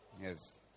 Yes